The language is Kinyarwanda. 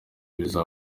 bizaza